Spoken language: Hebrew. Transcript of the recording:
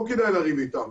לא כדאי לריב איתם.